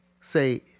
say